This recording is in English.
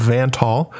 Vantall